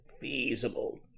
feasible